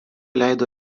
leido